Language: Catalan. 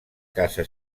casa